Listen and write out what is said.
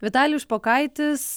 vitalijus špokaitis